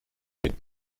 mit